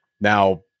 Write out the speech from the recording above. Now